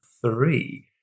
three